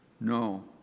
No